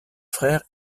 frère